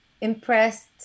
impressed